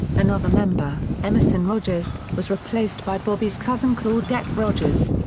another member, emerson rogers, was replaced by bobby's cousin claudette rogers.